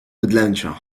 bydlęcia